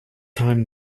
time